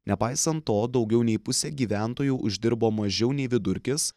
nepaisant to daugiau nei pusė gyventojų uždirbo mažiau nei vidurkis